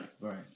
Right